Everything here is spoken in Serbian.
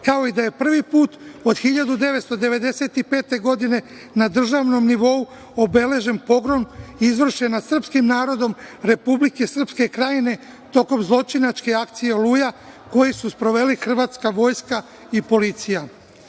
kao i da je prvi put od 1995. godine na državnom nivou obeležen pogrom izvršena nad srpskim narodom Republike Srpske Krajine tokom zločinačke akcije „Oluja“, koji su sproveli hrvatska vojska i policija. Ovom